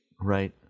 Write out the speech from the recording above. Right